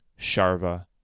Sharva